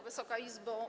Wysoka Izbo!